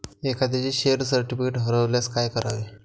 एखाद्याचे share certificate हरवल्यास काय करावे?